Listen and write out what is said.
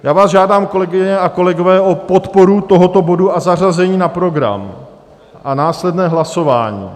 Já vás žádám, kolegyně a kolegové, o podporu tohoto bodu, zařazení na program a následné hlasování.